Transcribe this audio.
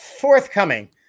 forthcoming